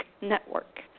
network